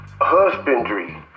husbandry